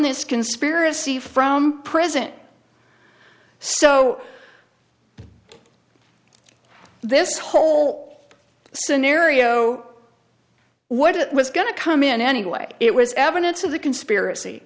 this conspiracy from prison so this whole scenario what it was going to come in anyway it was evidence of the conspiracy